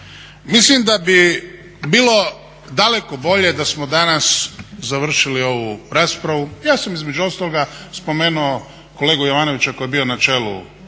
Mislim da bi bilo daleko bolje da smo danas završili ovu raspravu. Ja sam između ostaloga spomenuo kolegu Jovanovića koji je bio na čelu